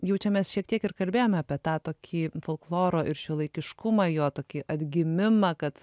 jau čia mes šiek tiek ir kalbėjome apie tą tokį folkloro ir šiuolaikiškumą jo tokį atgimimą kad